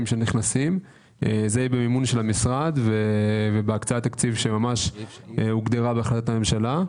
שנכנסים במימון המשרד ובתקציב שהוגדר בהחלטת הממשלה.